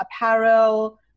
apparel